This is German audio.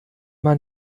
man